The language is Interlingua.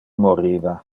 moriva